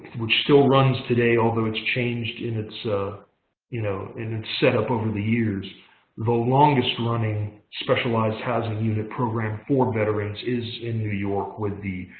which still runs today although, it's changed in it's ah you know in it's setup over the years the longest running specialized housing unit program for veterans is in new york with the